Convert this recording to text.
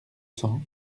cents